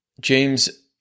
James